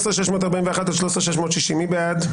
13,621 עד 13,640, מי בעד?